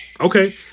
Okay